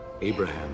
Abraham